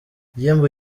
igihembo